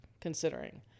considering